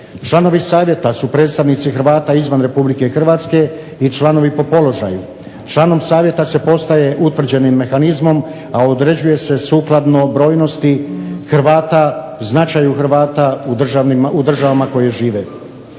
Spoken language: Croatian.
Članovi savjeta su predstavnici Hrvata izvan Republike Hrvatske i članovi po položaju. Članom savjeta se postaje utvrđenim mehanizmom, a određuje se sukladno brojnosti Hrvata, značaju Hrvata u državama koje žive.